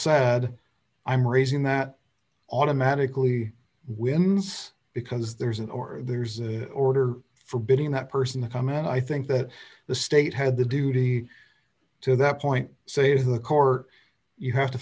sad i'm raising that automatically wins because there's an or there's an order forbidding that person to come and i think that the state had a duty to that point say to the court you have to